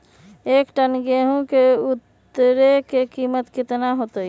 एक टन गेंहू के उतरे के कीमत कितना होतई?